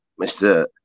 Mr